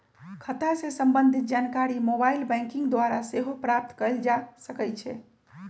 खता से संबंधित जानकारी मोबाइल बैंकिंग द्वारा सेहो प्राप्त कएल जा सकइ छै